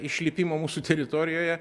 išlipimo mūsų teritorijoje